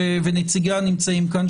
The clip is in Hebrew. ונציגיה נמצאים כאן,